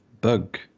Bug